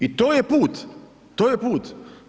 I to je put, to je put.